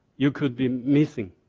you could be missing.